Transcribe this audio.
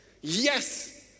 Yes